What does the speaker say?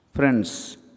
Friends